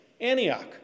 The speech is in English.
Antioch